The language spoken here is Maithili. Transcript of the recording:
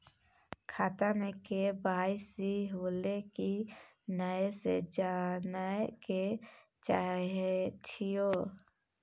खाता में के.वाई.सी होलै की नय से जानय के चाहेछि यो?